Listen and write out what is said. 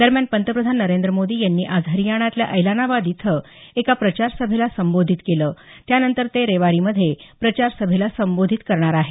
दरम्यान पंतप्रधान नरेंद्र मोदी यांनी आज हरियाणातल्या ऐलनाबाद इथं एका प्रचारसभेला संबोधित केलं त्यानंतर ते रेवारीमध्ये प्रचारसभेला संबोधित करणार आहेत